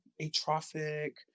atrophic